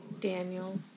Daniel